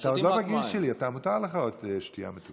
אתה עוד לא בגיל שלי, מותר לך עוד משקאות מתוקים.